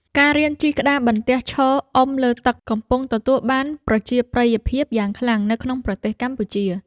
ការរៀនជិះក្តារបន្ទះឈរអុំលើទឹក កំពុងទទួលបានប្រជាប្រិយភាពយ៉ាងខ្លាំងនៅក្នុងប្រទេសកម្ពុជា។